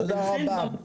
תודה רבה.